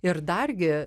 ir dargi